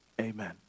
Amen